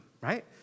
right